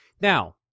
Now